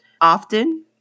often